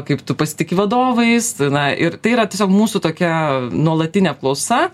kaip tu pasitiki vadovais na ir tai yra tiesiog mūsų tokia nuolatinė apklausa